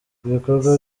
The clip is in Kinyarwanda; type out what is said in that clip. ibikorwa